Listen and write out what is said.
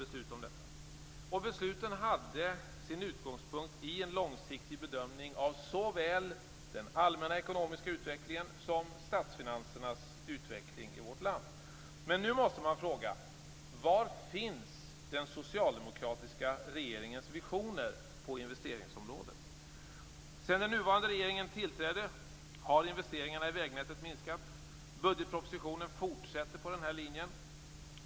Besluten hade sin utgångspunkt i en långsiktig bedömning av såväl den allmänna ekonomiska utvecklingen som statsfinansernas utveckling i vårt land. Men nu måste man fråga: Var finns den socialdemokratiska regeringens visioner på investeringsområdet? Sedan den nuvarande regeringen tillträdde har investeringarna i vägnätet minskat. Budgetpropositionen fortsätter på denna linje.